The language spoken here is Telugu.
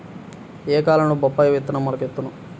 ఏ కాలంలో బొప్పాయి విత్తనం మొలకెత్తును?